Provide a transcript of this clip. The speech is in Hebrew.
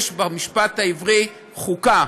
כבר יש במשפט העברי חוקה.